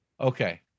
Okay